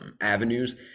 avenues